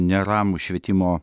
neramų švietimo